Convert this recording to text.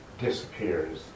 disappears